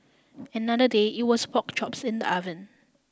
another day it was pork chops in the oven